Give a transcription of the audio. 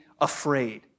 afraid